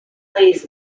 plays